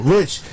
Rich